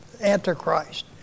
antichrist